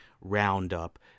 roundup